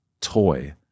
toy